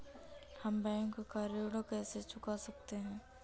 हम बैंक का ऋण कैसे चुका सकते हैं?